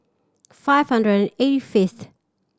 five hundred eight fifth